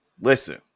listen